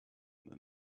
then